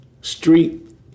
street